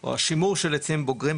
או השימור של עצים בוגרים,